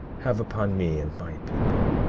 have upon me, and my people.